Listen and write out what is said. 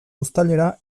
uztailera